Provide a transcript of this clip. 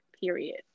Period